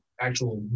actual